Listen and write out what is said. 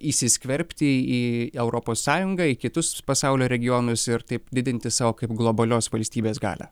įsiskverbti į europos sąjungą į kitus pasaulio regionus ir taip didinti savo kaip globalios valstybės galią